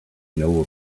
know